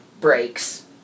breaks